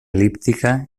elíptica